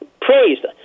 praised